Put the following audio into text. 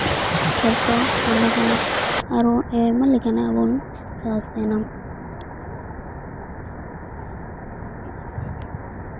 ᱦᱚᱛᱚᱫ ᱠᱚᱸᱰᱷᱟ ᱟᱨᱚ ᱟᱭᱢᱟ ᱞᱮᱠᱟᱱᱟᱜ ᱵᱚᱱ ᱪᱟᱥ ᱫᱟᱵᱚᱱ